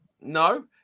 no